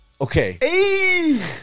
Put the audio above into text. Okay